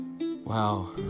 Wow